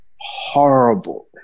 horrible